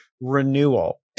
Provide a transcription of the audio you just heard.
Renewal